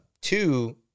two